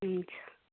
हुन्छ